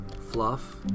fluff